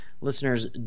Listeners